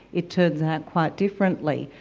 it turns out quite differently.